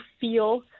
feel